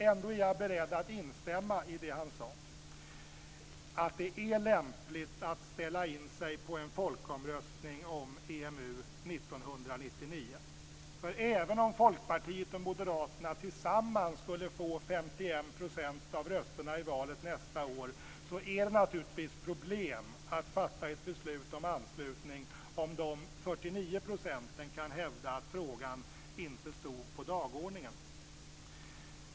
Ändå är jag beredd att instämma i det han sade, att det är lämpligt att ställa in sig på en folkomröstning om EMU 1999. Även om Folkpartiet och Moderaterna tillsammans skulle få 51 % av rösterna i valet nästa år är det självfallet problem med att fatta ett beslut om anslutning, om de övriga 49 procenten kan hävda att frågan inte stod på dagordningen.